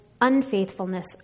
unfaithfulness